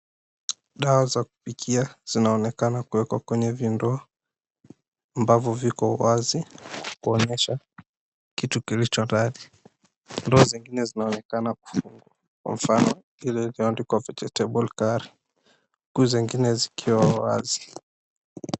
Dawa za kupikia zinaonekana kuwekwa kwenye vindoo ambavyo viko wazi kuonyesha kitu kilicho ndani. Ndoo zingine zinaonekana kufungwa, kwa mfano ile iliyoandikwa, Vegetable Curry, huku zingine zikiwa wazi.